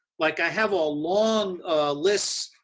like i have a long list,